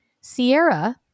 Sierra